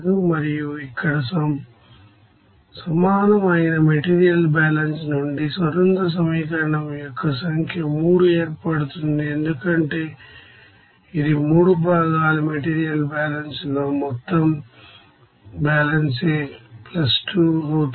మరియు ఇక్కడ సమానం అయిన మెటీరియల్ బ్యాలెన్స్ నుండి స్వతంత్ర సమీకరణం యొక్క సంఖ్య 3 ఏర్పడుతుంది ఎందుకంటే ఇది 3 భాగాలు మెటీరియల్ బ్యాలెన్స్లో మొత్తం బ్యాలెన్స్ 2 అవుతుంది